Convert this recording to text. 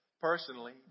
Personally